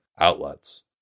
outlets